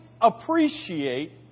appreciate